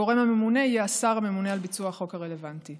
הגורם הממונה יהיה השר הממונה על ביצוע החוק הרלוונטי.